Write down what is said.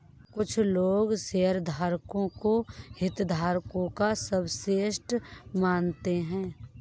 कुछ लोग शेयरधारकों को हितधारकों का सबसेट मानते हैं